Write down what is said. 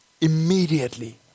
Immediately